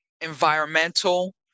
environmental